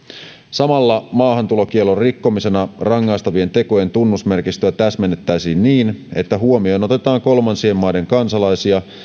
samalla maahantulokiellon rikkomisena rangaistavien tekojen tunnusmerkistöä täsmennettäisiin niin että huomioon otetaan kolmansien maiden kansalaisia